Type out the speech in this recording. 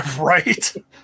Right